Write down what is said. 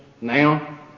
now